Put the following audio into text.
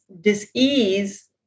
dis-ease